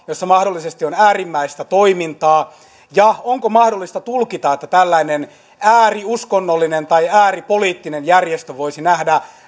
joissa mahdollisesti on äärimmäistä toimintaa ja onko mahdollista tulkita että ääriuskonnollisen tai ääripoliittisen järjestön voisi nähdä